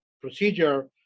procedure